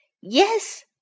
Yes